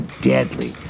deadly